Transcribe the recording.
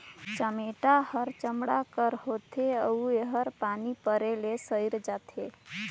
चमेटा हर चमड़ा कर होथे अउ एहर पानी परे ले सइर जाथे